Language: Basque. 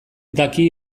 daki